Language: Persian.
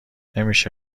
نمیشه